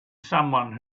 someone